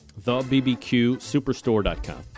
thebbqsuperstore.com